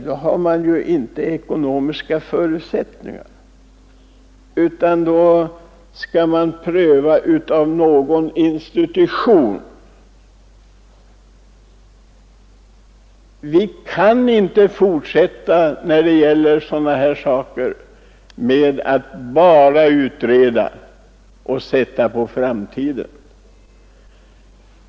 Då finns det inte ekonomiska förutsättningar utan frågan måste prövas av någon institution. Vi kan inte fortsätta med att bara utreda dessa frågor och ställa deras 41 lösning på framtiden.